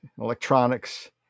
electronics